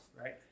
right